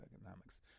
economics